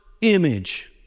image